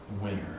winner